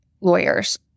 lawyers